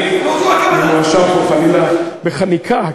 אני מואשם פה, חלילה, בחניקה.